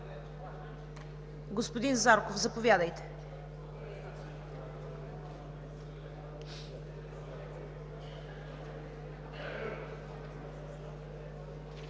Господин Зарков, заповядайте.